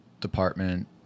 department